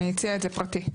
כן, היא הציעה פרטי.